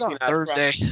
Thursday